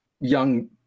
young